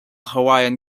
hawaiian